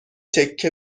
تکه